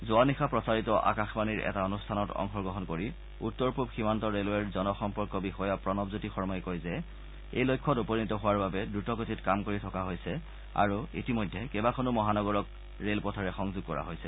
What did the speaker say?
যোৱা নিশা প্ৰচাৰিত আকাশবাণীৰ এটা অনুষ্ঠানত অংশগ্ৰহণ কৰি উত্তৰ পূব সীমান্ত ৰেলৱেৰ জন সম্পৰ্ক বিষয়া প্ৰণৱজ্যোতি শৰ্মই কয় যে এই লক্ষ্যত উপনীত হোৱাৰ বাবে দ্ৰুতগতিত কাম কৰি থকা হৈছে আৰু ইতিমধ্যে কেইবাখনো মহানগৰক ৰেল পথেৰে সংযোগ কৰা হৈছে